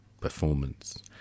performance